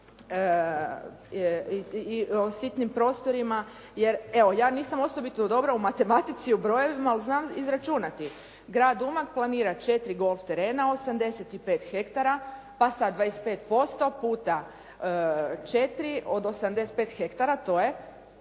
o sitnim prostorima. Jer evo ja nisam osobito dobra u matematici, u brojevima, ali znam izračunati. Grad Umag planira 4 golf terena, 85 hektara pa sa 25% puta 4 od 85 hektara to je